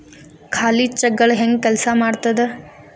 ಖಾಲಿ ಚೆಕ್ಗಳ ಹೆಂಗ ಕೆಲ್ಸಾ ಮಾಡತದ?